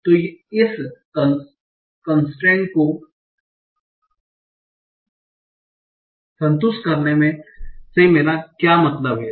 तो इस कन्स्ट्रेन्ट को संतुष्ट करने से मेरा क्या मतलब है